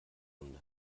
runde